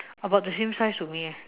about the same size with me eh